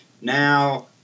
Now